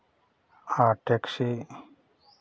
taxi